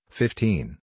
fifteen